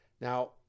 Now